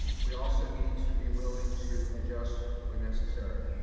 we also need to be willing to adjust when necessary.